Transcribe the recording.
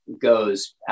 goes